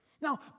Now